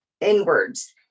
inwards